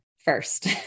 first